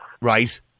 Right